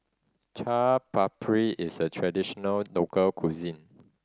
Chaat Papri is a traditional local cuisine